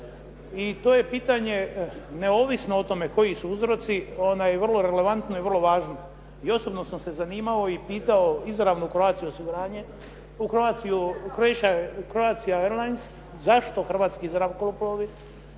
i to je pitanje neovisno o tome koji su uzroci vrlo relevantno i vrlo važno. I osobno sam se zanimao i pitao izravno u Croatia osiguranje u Croatia Airlines zašto hrvatski zrakoplovi,